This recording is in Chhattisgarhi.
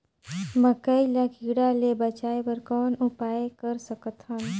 मकई ल कीड़ा ले बचाय बर कौन उपाय कर सकत हन?